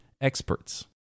experts